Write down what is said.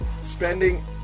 spending